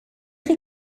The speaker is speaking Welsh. chi